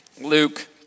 Luke